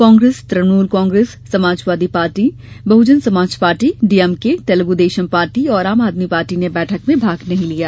Congress Trinamool Congress Samajwadi party Bahujan Samaj party DMK Telugu Desam party और Aam Aadmi party ने बैठक में भाग नहीं लिया